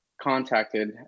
contacted